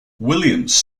williams